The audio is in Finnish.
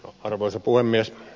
arvoisa puhemies